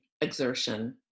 exertion